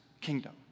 kingdom